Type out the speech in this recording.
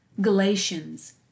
Galatians